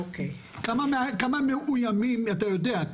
כמה מאויימים אתה יודע,